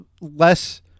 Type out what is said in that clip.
less